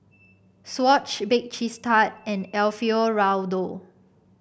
Swatch Bake Cheese Tart and Alfio Raldo